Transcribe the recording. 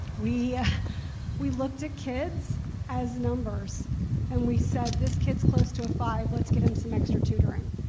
we we looked at kids as numbers and we said, this kid's close to a five, let's get him some extra tutoring.